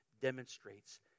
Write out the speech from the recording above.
demonstrates